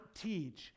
teach